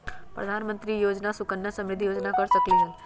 प्रधानमंत्री योजना सुकन्या समृद्धि योजना कर सकलीहल?